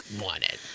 wanted